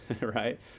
right